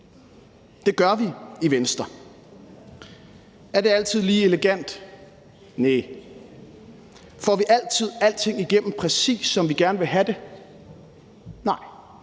Det gør vi i Venstre. Er det altid lige elegant? Næh. Får vi altid alting igennem, præcis som vi gerne vil have det? Nej.